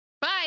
Bye